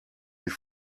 die